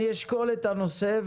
אני אשקול את הנושא,